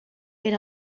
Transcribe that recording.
per